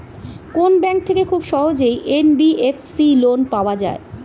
কোন ব্যাংক থেকে খুব সহজেই এন.বি.এফ.সি লোন পাওয়া যায়?